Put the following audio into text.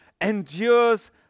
endures